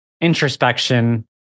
introspection